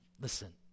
Listen